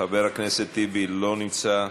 חבר הכנסת טיבי, לא נמצא,